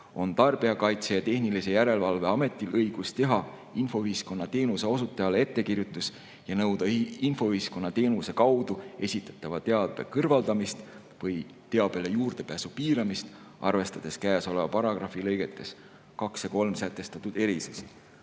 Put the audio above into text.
on Tarbijakaitse ja Tehnilise Järelevalve Ametil õigus teha infoühiskonna teenuse osutajale ettekirjutus ja nõuda infoühiskonna teenuse kaudu esitatava teabe kõrvaldamist või teabele juurdepääsu piiramist, arvestades käesoleva paragrahvi lõigetes 2 ja 3 sätestatud erisusi."